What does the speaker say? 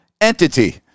entity